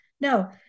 No